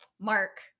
Mark